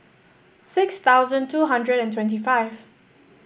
six thousand two hundred and twenty five